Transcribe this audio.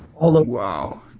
Wow